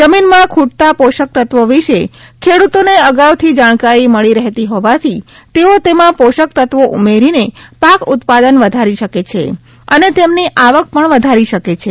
જમીનમાં ખુટતા પોષકતત્વો વિશે ખેડુતોને અગાઉથી જાણકારી મળી રહેતી હોવાથી તેઓ તેમાં પોષકતત્વો ઉમેરીને પાક ઉત્પાદન વધારી શકે છે અને તેમની આવક પણ વધારી શકે છે